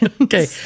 Okay